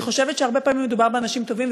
אני חושבת שהרבה פעמים מדובר באנשים טובים,